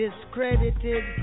Discredited